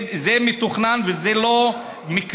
זה מתוכנן, וזה לא מקרי.